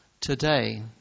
today